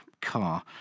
car